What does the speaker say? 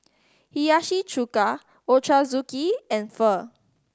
Hiyashi Chuka Ochazuke and Pho